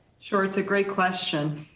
sure, it's a great question,